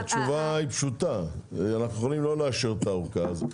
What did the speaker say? התשובה פשוטה - אנו יכולים לא לאשר את הארכה הזו.